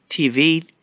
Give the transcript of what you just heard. TV